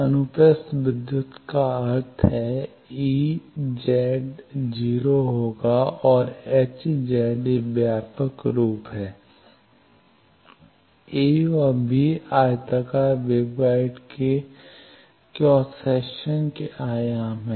अनुप्रस्थ विद्युत का अर्थ है EZ 0 और H Z यह व्यापक रूप है a और b आयताकार वेवगाइड के क्रॉस सेक्शन के आयाम हैं